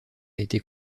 été